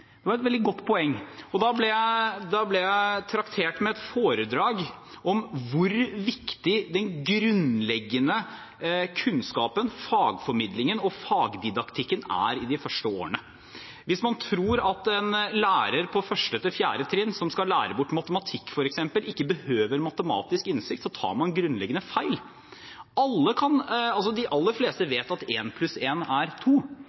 Da ble jeg traktert med et foredrag om hvor viktig den grunnleggende kunnskapen, fagformidlingen og fagdidaktikken er i de første årene. Hvis man tror at en lærer på 1.–4. trinn som skal lære bort f.eks. matematikk, ikke behøver matematisk innsikt, tar man grunnleggende feil. De aller fleste vet at en pluss en er to,